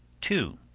two.